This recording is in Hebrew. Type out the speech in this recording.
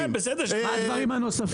מה הדברים הנוספים?